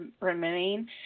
remain